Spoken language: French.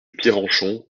pierrenchon